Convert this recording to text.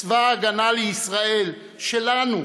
צבא ההגנה לישראל שלנו,